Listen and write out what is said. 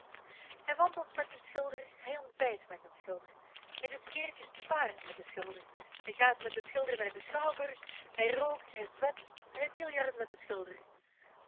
hij wandelt met den schilder hij ontbijt met den schilder hij doet keertjes te paard met den schilder hij gaat met den schilder naar den schouwburg hij rookt hij zwetst hij biljart met den schilder